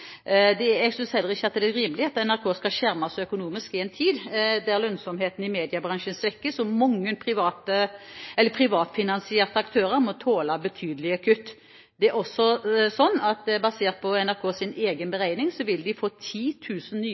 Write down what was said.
Jeg synes heller ikke det er rimelig at NRK skal skjermes økonomisk i en tid da lønnsomheten i mediebransjen svekkes og mange privatfinansierte aktører må tåle betydelig kutt. Det er også slik at vi, basert på NRKs egen beregning, vil få 10 000 nye